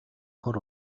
хор